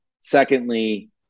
Secondly